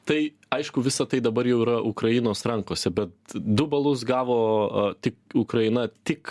tai aišku visa tai dabar jau yra ukrainos rankose bet du balus gavo a tik ukraina tik